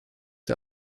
der